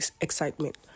excitement